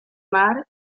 mar